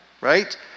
right